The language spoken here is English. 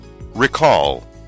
Recall